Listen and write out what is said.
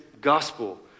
gospel